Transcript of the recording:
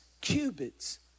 cubits